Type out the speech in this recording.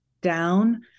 down